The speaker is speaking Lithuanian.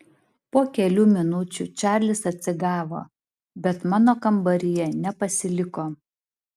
po kelių minučių čarlis atsigavo bet mano kambaryje nepasiliko